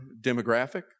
demographic